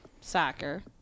soccer